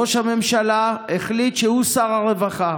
ראש הממשלה החליט שהוא שר הרווחה.